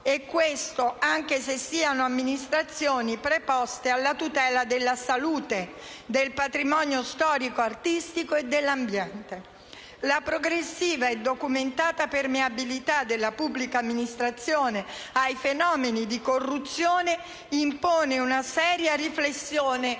e questo, anche se siano amministrazioni preposte alla tutela della salute, del patrimonio storico-artistico e dell'ambiente». La progressiva e documentata permeabilità della pubblica amministrazione ai fenomeni di corruzione impone una seria riflessione